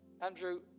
Andrew